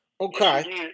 Okay